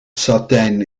satijn